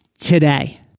today